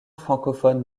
francophone